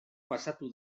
pasatu